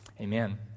Amen